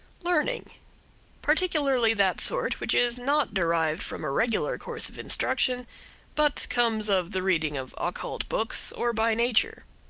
learning particularly that sort which is not derived from a regular course of instruction but comes of the reading of occult books, or by nature.